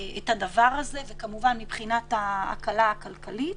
את הדבר הזה, וכמובן מבחינת ההקלה הכלכלית.